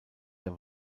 der